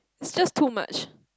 it's just too much